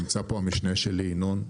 נמצא פה המשנה שלי, ינון,